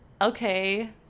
Okay